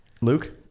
Luke